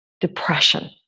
depression